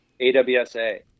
AWSA